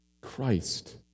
Christ